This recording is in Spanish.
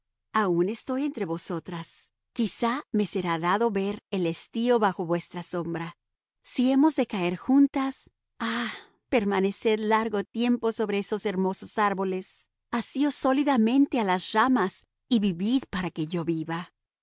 aun estoy entre vosotras quizá me será dado ver el estío bajo vuestra sombra si hemos de caer juntas ah permaneced largo tiempo sobre esos hermosos árboles asíos sólidamente a las ramas y vivid para que yo viva